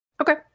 okay